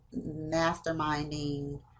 masterminding